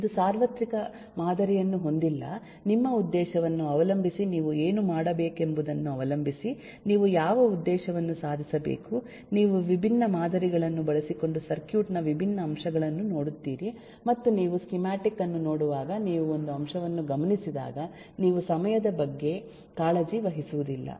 ಇದು ಸಾರ್ವತ್ರಿಕ ಮಾದರಿಯನ್ನು ಹೊಂದಿಲ್ಲ ನಿಮ್ಮ ಉದ್ದೇಶವನ್ನು ಅವಲಂಬಿಸಿ ನೀವು ಏನು ಮಾಡಬೇಕೆಂಬುದನ್ನು ಅವಲಂಬಿಸಿ ನೀವು ಯಾವ ಉದ್ದೇಶವನ್ನು ಸಾಧಿಸಬೇಕು ನೀವು ವಿಭಿನ್ನ ಮಾದರಿಗಳನ್ನು ಬಳಸಿಕೊಂಡು ಸರ್ಕ್ಯೂಟ್ ನ ವಿಭಿನ್ನ ಅಂಶಗಳನ್ನು ನೋಡುತ್ತೀರಿ ಮತ್ತು ನೀವು ಸ್ಕೀಮ್ಯಾಟಿಕ್ ಅನ್ನು ನೋಡುವಾಗ ನೀವು ಒಂದು ಅಂಶವನ್ನು ಗಮನಿಸಿದಾಗ ನೀವು ಸಮಯದ ಬಗ್ಗೆ ಕಾಳಜಿ ವಹಿಸುವುದಿಲ್ಲ